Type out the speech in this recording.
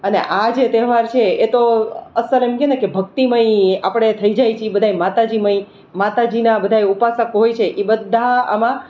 અને આ જે તહેવાર છે એ તો અસલ એમ કહે ને કે ભક્તિમય આપણે થઈ જઈએ છીએ એ બધાય માતાજીમય માતાજીના બધાય ઉપાસક હોય છે એ બધા આમાં